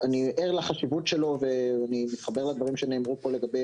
אני ער לחשיבות שלו ואני מתחבר לדברים שנאמרו פה לגבי